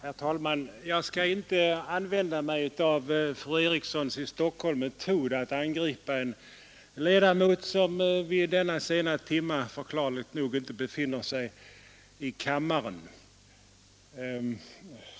Herr talman! Jag skall inte använda mig av fru Erikssons i Stockholm metod att angripa en ledamot som i denna sena timma, förklarligt nog, inte befinner sig i kammaren.